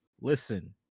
listen